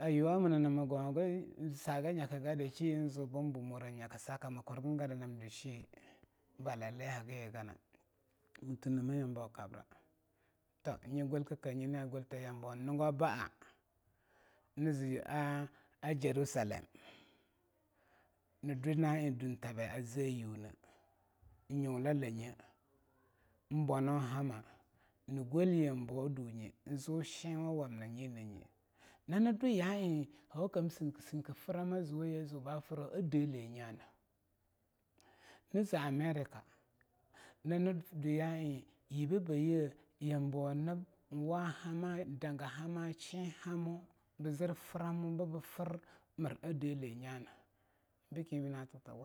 ayuwa muna nama gwanga ma. Ma saga nyaka gara chenye jo ban bumura in myaka saka ma kurgengara nab deshelen balale haga yegana. Ma tena ma yambaw wa kabra toh nye galaikake nye na gwasta yambo in nego bala naje a Jerusallem, na dwe na'eh duntabai aje a yu na in nuula lannyi in bwanaun hama na gwal yambawa dunyi in jo chen wamna a nie nyie. Nane dwa ya eh ho kam sinki-sinki frama a jowa ye ajo ba fro a delleh nya na na ja Amerika nana dwe ya eh yibe baye yambo nab wa hama, danga hama, chen hanu ba jir frama babu fram mer a delleh nyana beken eni.